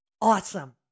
awesome